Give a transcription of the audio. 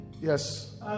yes